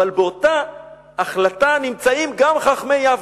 אבל באותה החלטה נמצאים גם חכמי יבנה.